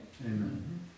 Amen